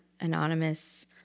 anonymous